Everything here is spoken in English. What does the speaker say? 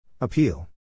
Appeal